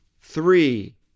three